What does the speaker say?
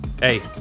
Hey